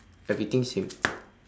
everything same